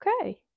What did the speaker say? Okay